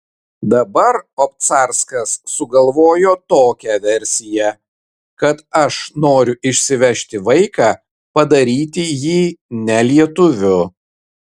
dabar obcarskas sugalvojo tokią versiją kad aš noriu išsivežti vaiką padaryti jį ne lietuviu